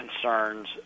concerns